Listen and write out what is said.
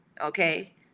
okay